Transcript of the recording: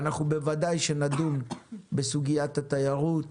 ואנחנו בוודאי שנדון בסוגיית התיירות,